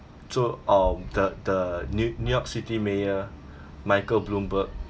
so um the the nu~ new-york city mayor michael bloomberg